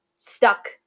stuck